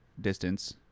distance